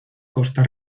costa